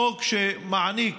חוק שמעניק